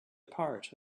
part